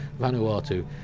Vanuatu